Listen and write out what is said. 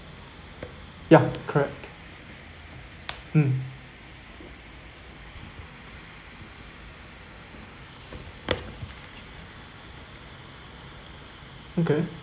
ya correct mm okay